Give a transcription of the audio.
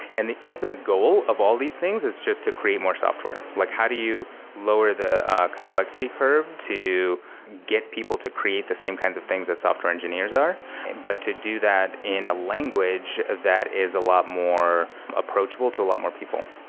and the ultimate goal of all these things is just to create more software. like how do you lower the complexity curve to get people to create the same kinds of things that software engineers are but to do that in a language that is a lot more approachable to a lot more people?